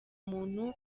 umuntu